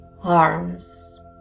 arms